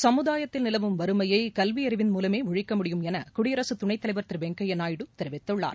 சமுதாயத்தில் நிலவும் வறுமையை கல்வி அறிவின் மூலமே ஒழிக்க முடியும் என குடியரசு துணைத்தலைவர் திரு வெங்கையா நாயுடு தெரிவித்துள்ளார்